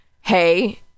hey